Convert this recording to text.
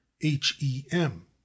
H-E-M